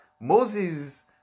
Moses